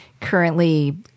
currently